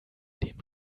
dem